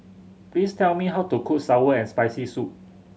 please tell me how to cook sour and Spicy Soup